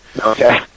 Okay